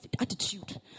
attitude